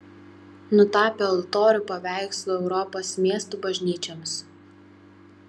nutapė altorių paveikslų europos miestų bažnyčioms